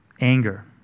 Anger